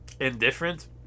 indifferent